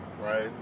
right